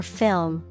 film